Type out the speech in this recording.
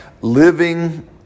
living